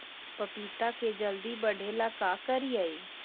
पपिता के जल्दी बढ़े ल का करिअई?